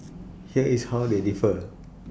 here is how they differ